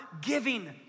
giving